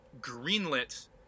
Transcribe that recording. greenlit